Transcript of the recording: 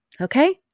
Okay